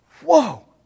Whoa